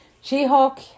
She-Hulk